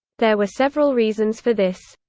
there were several reasons for this.